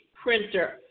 printer